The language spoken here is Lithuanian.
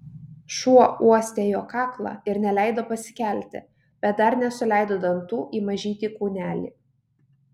šuo uostė jo kaklą ir neleido pasikelti bet dar nesuleido dantų į mažytį kūnelį